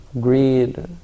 greed